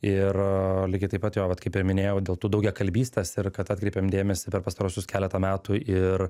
ir lygiai taip pat jo vat kaip ir minėjau dėl tų daugiakalbystės ir kad atkreipėm dėmesį per pastaruosius keletą metų ir